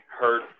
hurt